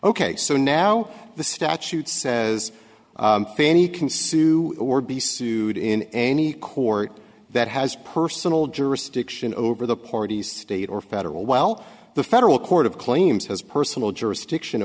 ok so now the statute says any can sue or be sued in any court that has personal jurisdiction over the party state or federal while the federal court of claims has personal jurisdiction